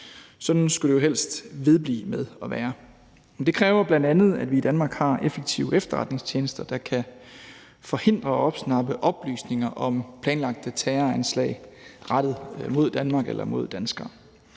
Sådan skulle det jo helst vedblive med at være. Men det kræver bl.a., at vi i Danmark har effektive efterretningstjenester, der kan forhindre og opsnappe oplysninger om planlagte terroranslag rettet mod Danmark eller mod danskere.